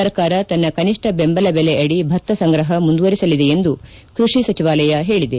ಸರ್ಕಾರ ತನ್ನ ಕನಿಷ್ಟ ಬೆಂಬಲ ಬೆಲೆ ಅಡಿ ಭತ್ತ ಸಂಗ್ರಹ ಮುಂದುವರೆಸಲಿದೆ ಎಂದು ಕೃಷಿ ಸಚಿವಾಲಯ ಹೇಳಿದೆ